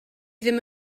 ddim